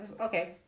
Okay